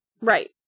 Right